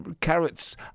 carrots